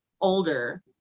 older